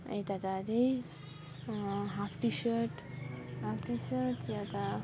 यता त त्यही half T shirt half T shirt यहाँ त